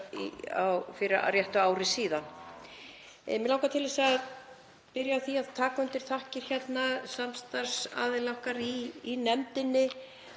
fyrir réttu ári síðan. Mig langar til að byrja á því að taka undir þakkir til samstarfsaðila okkar í nefndinni